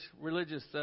religious